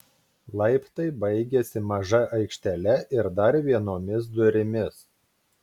laiptai baigiasi maža aikštele ir dar vienomis durimis